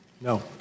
No